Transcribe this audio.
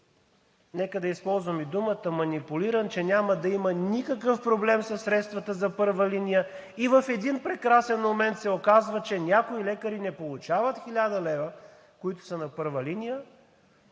нека да използвам думата манипулиран, че няма да има никакъв проблем със средствата за първа линия, и в един прекрасен момент се оказва, че някои лекари, които са на първа линия,